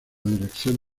dirección